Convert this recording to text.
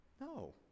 No